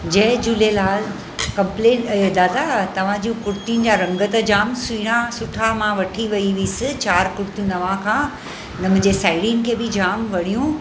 जय Jhulelal complaint दादा तव्हांजियूं कुर्तियुनि जा रंग त जाम सुहिणा सुठा मां वठी वई हुअसि चार कुर्तियूं तव्हांखां न मुंहिंजी साहेड़ियुनि खे बि जाम वणियूं